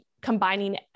combining